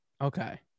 Okay